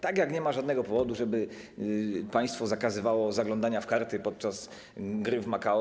Tak jak nie ma żadnego powodu, żeby państwo zakazywało zaglądania w karty podczas gry w Makao.